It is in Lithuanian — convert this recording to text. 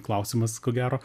klausimas ko gero